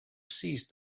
seized